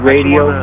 Radio